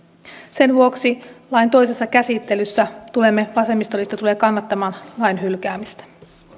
sen vuoksi lain toisessa käsittelyssä vasemmistoliitto tulee kannattamaan lain hylkäämistä